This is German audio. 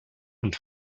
und